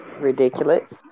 ridiculous